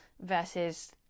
versus